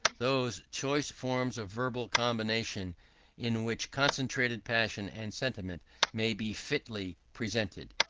those choice forms of verbal combination in which concentrated passion and sentiment may be fitly presented.